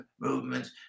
movements